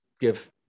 give